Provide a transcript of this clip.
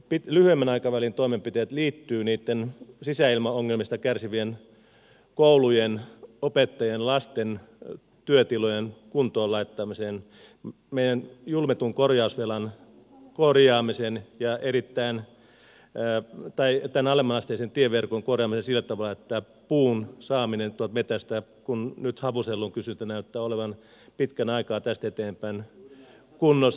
ne lyhyemmän aikavälin toimenpiteet liittyvät niitten sisäilmaongelmista kärsivien koulujen opettajien ja lasten työtilojen kuntoon laittamiseen meidän julmetun korjausvelan korjaamiseen ja tämän alemmanasteisen tieverkon korjaamiseen sillä tavalla että puun saaminen tuolta metsästä on mahdollista kun nyt havusellun kysyntä näyttää olevan pitkän aikaa tästä eteenpäin kunnossa